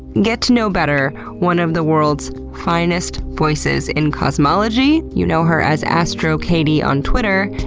get to know better one of the world's finest voices in cosmology. you know her as at astrokatie on twitter,